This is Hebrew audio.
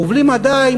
ובלי מדע,